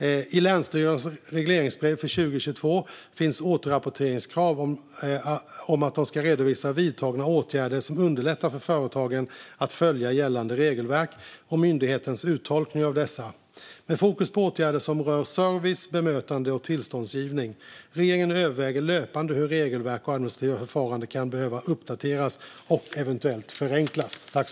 I länsstyrelsernas regleringsbrev för 2022 finns återrapporteringskrav om att redovisa vidtagna åtgärder som underlättar för företagen att följa gällande regelverk och myndighetens uttolkning av dessa med fokus på åtgärder som rör service, bemötande och tillståndsgivning. Regeringen överväger löpande hur regelverk och administrativa förfaranden kan behöva uppdateras och eventuellt förenklas.